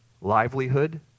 livelihood